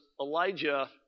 Elijah